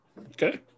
Okay